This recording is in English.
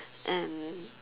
and